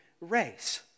race